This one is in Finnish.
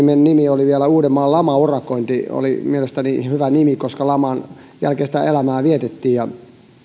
toiminimen nimi oli vielä uudenmaan lamaurakointi oli mielestäni hyvä nimi koska lamanjälkeistä elämää vietettiin ja